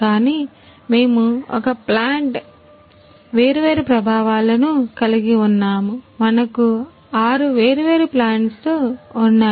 కానీ మేము ఒక వేర్వేరు ప్రభావాలను కలిగి ఉన్నాము మనకు ఆరు వేర్వేరు plants ఉన్నాయి